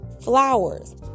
flowers